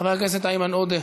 חבר הכנסת איימן עודה,